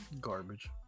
Garbage